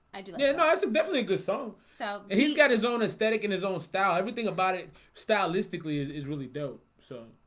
i yeah and dunno and definitely good song. so he's got his own aesthetic in his own style everything about it stylistically is is really dope. so